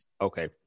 Okay